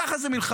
כך זה במלחמה.